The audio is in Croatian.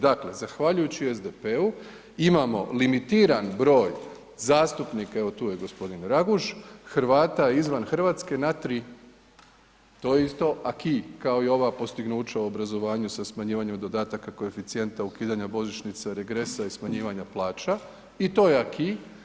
Dakle zahvaljujući SDP-u imamo limitiran broj zastupnika, evo tu je g. Raguž Hrvata izvan Hrvatske na tri, to je isto aki kao i ova postignuća u obrazovanju sa smanjivanjem dodataka koeficijenta, ukidanja božićnice, regresa i smanjivanja plaća i to je aki.